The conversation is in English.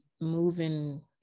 moving